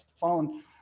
phone